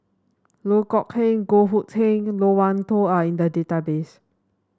Loh Kok Heng Goh Hood Keng Loke Wan Tho are in the database